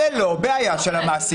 זאת לא בעיה של המעסיקים.